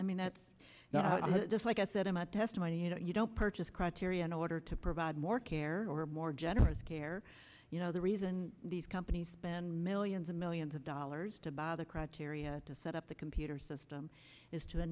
i mean that's now i'm just like i said in my testimony you know you don't purchase criteria in order to provide more care or more generous care you know the reason these companies spend millions and millions of dollars to buy the criteria to set up the computer system is to the